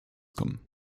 kommen